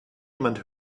jemand